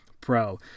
Pro